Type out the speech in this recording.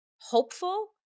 hopeful